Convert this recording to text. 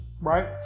right